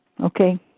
Okay